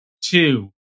two